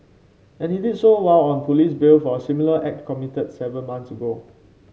and he did so while on police bail for a similar act committed seven months ago